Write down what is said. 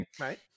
right